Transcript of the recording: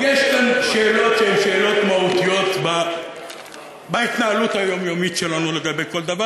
יש כאן שאלות שהן שאלות מהותיות בהתנהלות היומיומית שלנו לגבי כל דבר.